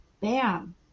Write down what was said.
bam